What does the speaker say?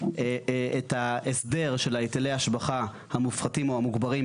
את ההסדר של היטלי ההשבחה המופחתים או המוגברים,